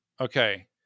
okay